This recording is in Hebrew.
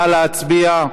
נא להצביע.